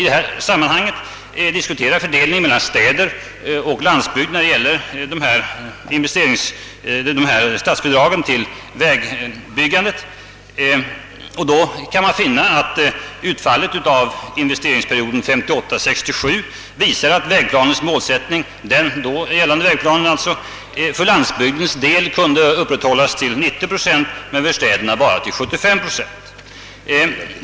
Då finner man att utfallet för investeringsperioden 1958—1967 visar att den då gällande vägplanens målsättning för landsbygdens del kunde upprätthållas till 90 procent men för städernas del endast till 70 procent.